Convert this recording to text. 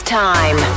time